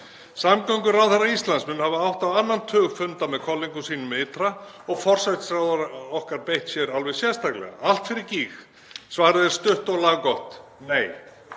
Samgönguráðherra Íslands mun hafa átt á annan tug funda með kollegum sínum ytra og forsætisráðherra okkar beitt sér alveg sérstaklega, allt fyrir gýg. Svarið er stutt og laggott: Nei.